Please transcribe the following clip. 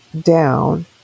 down